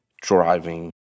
driving